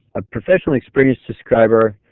a professional experienced describer,